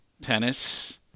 Tennis